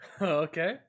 Okay